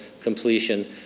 completion